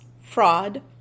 fraud